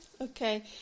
Okay